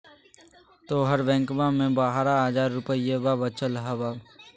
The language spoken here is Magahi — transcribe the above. तोहर बैंकवा मे बारह हज़ार रूपयवा वचल हवब